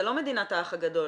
זו לא מדינת האח הגדול.